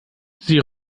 sie